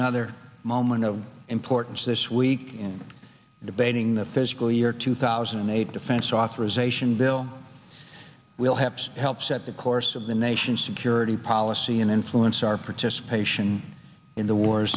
another moment of importance this week in debating the fiscal year two thousand and eight defense authorization bill will have to help set the course of the nation's security policy and influence our participation in the war